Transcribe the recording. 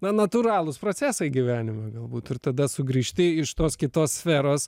na natūralūs procesai gyvenime galbūt ir tada sugrįžti iš tos kitos sferos